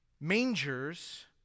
mangers